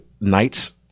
knights